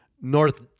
North